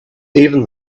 even